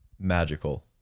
magical